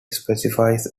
specifies